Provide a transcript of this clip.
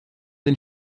den